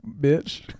bitch